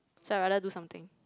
so I rather do something